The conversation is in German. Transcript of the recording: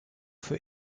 für